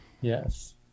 Yes